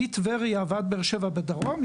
מטבריה ועד באר-שבע בדרום,